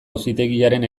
auzitegiaren